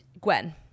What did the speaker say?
Gwen